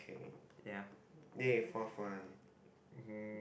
ya mm